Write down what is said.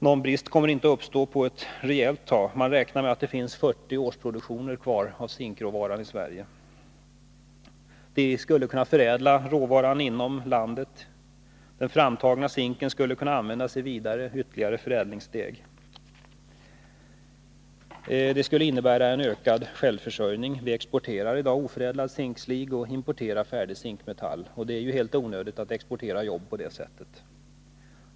Någon brist kommer inte att uppstå på ett bra tag. Man räknar med att det finns 40 årsproduktioner kvar av zinkråvara i Sverige. Vi skulle kunna förädla råvaran inom landet. Den framtagna zinken skulle kunna användas i ytterligare förädlingssteg. Det skulle innebära en ökad självförsörjningsgrad. Vi exporterar i dag oförädlad zinkslig och importerar färdig zinkmetall. Det är ju helt onödigt att exportera jobb på det sättet.